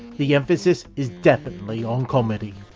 the emphasis is definitely on comedy,